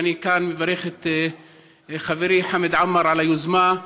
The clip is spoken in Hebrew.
ואני מברך את חברי חמד עמאר על היוזמה.